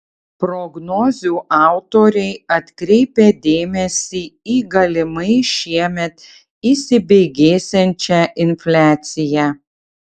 prognozių autoriai atkreipia dėmesį į galimai šiemet įsibėgėsiančią infliaciją